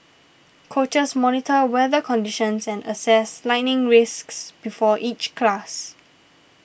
coaches monitor weather conditions and assess lightning risks before each class